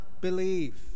believe